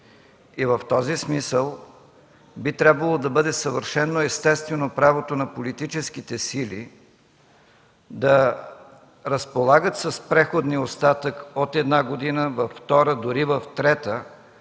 В този смисъл би трябвало да бъде съвършено естествено правото на политическите сили да разполагат с преходния остатък от една година във втора, дори в трета,